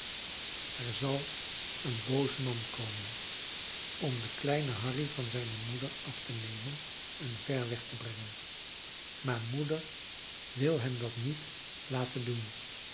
er zal een boos man komen om den kleinen harry van zijne moeder af te nemen en ver weg te brengen maar moeder wil hem dat niet laten doen